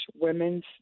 women's